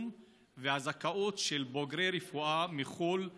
והזכאות של בוגרי רפואה מחו"ל לבחינה.